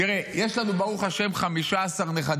תראה, יש לנו ברוך השם 15 נכדים,